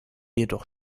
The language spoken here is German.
jedoch